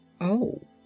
Oh